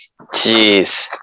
Jeez